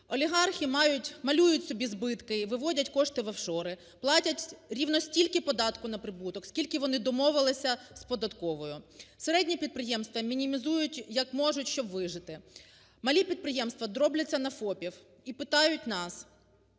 мають... малюють собі збитки і виводять кошти в офшори, платять рівно стільки податку на прибуток, скільки вони домовились з податковою. Середні підприємства мінімізують як можуть, щоби вижити. Малі підприємства дробляться наФОПів і питають нас: